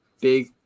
Big